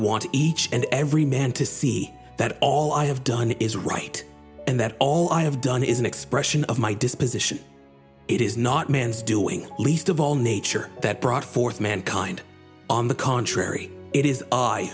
want each and every man to see that all i have done is right and that all i have done is an expression of my disposition it is not man's doing least of all nature that brought forth mankind on the contrary it is